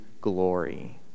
glory